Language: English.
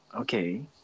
Okay